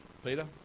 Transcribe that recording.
Peter